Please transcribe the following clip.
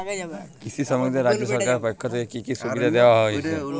কৃষি শ্রমিকদের রাজ্য সরকারের পক্ষ থেকে কি কি সুবিধা দেওয়া হয়েছে?